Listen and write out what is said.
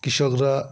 কৃষকরা